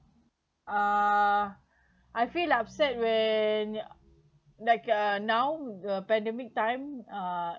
uh I feel upset when like uh now the pandemic time uh